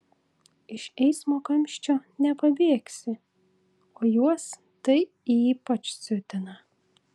iš eismo kamščio nepabėgsi o juos tai ypač siutina